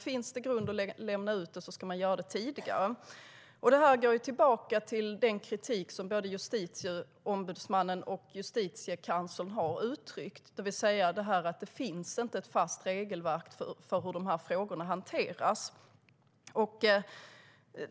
Finns det grund för att lämna ut handlingarna ska det göras tidigare. Det här går tillbaka till den kritik som både Justitieombudsmannen och justitiekanslern har uttryckt, det vill säga att det inte finns ett fast regelverk för hur frågorna hanteras.